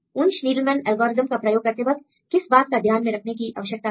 Wunsch Needleman algorithm का प्रयोग करते वक्त किस बात को ध्यान में रखने की आवश्यकता है